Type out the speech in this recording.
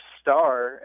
star